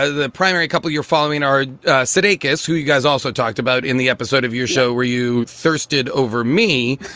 ah the primary couple you're following our sidiq is who you guys also talked about in the episode of your show. were you thirsted over me